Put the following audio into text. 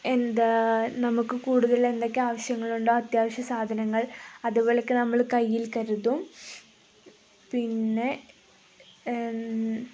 എന്താണ് നമുക്കു കൂടുതൽ എന്തൊക്കെ ആവശ്യങ്ങളുണ്ടോ അത്യാവശ്യ സാധനങ്ങൾ അതുപോലെയൊക്കെ നമ്മള് കയ്യിൽ കരുതും പിന്നെ